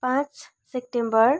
पाँच सेप्टेम्बर